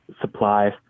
supplies